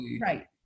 right